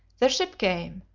the ship came,